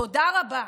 תודה רבה.